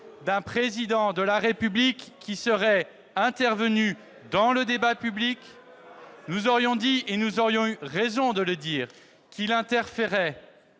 d'un Président de la République qui serait intervenu dans le débat public ? Nous aurions dit- et nous aurions eu raison de le faire ! -qu'il interférait